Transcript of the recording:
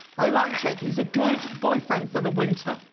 i like jake, he's a good boyfriend for the winter.